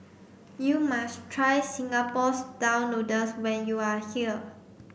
you must try Singapore style noodles when you are here